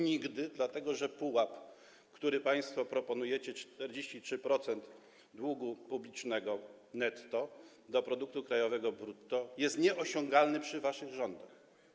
Nigdy, dlatego że pułap, który państwo proponujecie, 43% długu publicznego netto w relacji do produktu krajowego brutto, jest nieosiągalny przy waszych rządach.